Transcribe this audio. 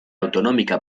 autonómica